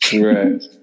Right